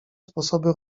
sposoby